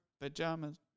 pajamas